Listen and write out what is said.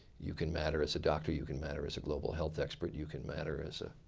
you can matter as a doctor. you can matter as a global health expert. you can matter as a